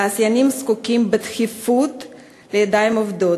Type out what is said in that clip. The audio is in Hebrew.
תעשיינים זקוקים בדחיפות לידיים עובדות.